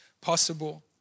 possible